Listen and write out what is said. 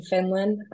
Finland